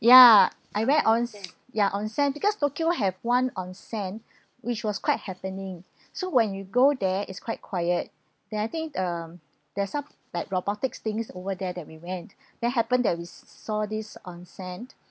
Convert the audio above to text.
ya I read on ya onsen because tokyo have one onsen which was quite happening so when you go there is quite quiet that I think um there are some like robotics things over there that we went then happened that we s~ saw this onsen